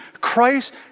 Christ